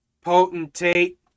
potentate